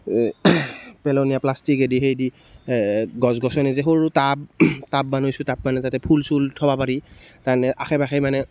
পেলনীয়া প্লাষ্টিকেদি সেইদি গছ গছনি যে সৰু টাব টাব বনাইছোঁ টাব মানে তাতে ফুল চুল থ'ব পাৰি তাৰ মানে আশে পাশে মানে